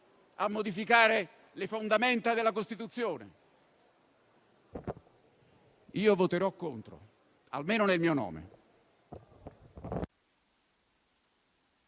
a modificare le fondamenta della Costituzione. Io voterò contro, almeno nel mio nome.